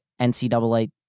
NCAA